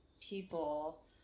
people